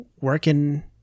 working